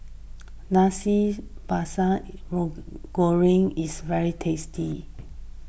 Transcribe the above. Nasi Sambal Goreng is very tasty